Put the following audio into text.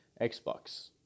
Xbox